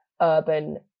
urban